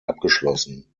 abgeschlossen